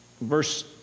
verse